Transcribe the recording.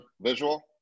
visual